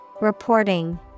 Reporting